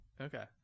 Okay